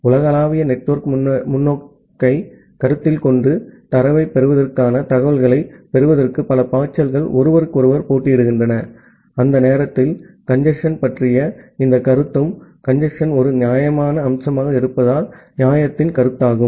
ஆகவே உலகளாவிய நெட்வொர்க் முன்னோக்கைக் கருத்தில் கொண்டு தரவைப் பெறுவதற்கான தகவல்களைப் பெறுவதற்கு பல பாய்ச்சல்கள் ஒருவருக்கொருவர் போட்டியிடுகின்றன அந்த நேரத்தில் கஞ்சேஸ்ன் பற்றிய இந்த கருத்து கஞ்சேஸ்ன் ஒரு நியாயமான அம்சமாக இருப்பதால் அது நியாயத்தின் கருத்தும்